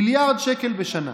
מיליארד שקלים בשנה.